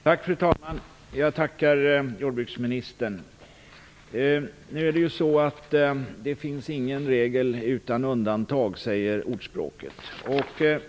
Fru talman! Jag tackar jordbruksministern. Det finns ingen regel utan undantag säger ordspråket.